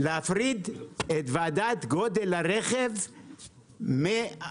להפריד את ועדת גודל הרכב מנושא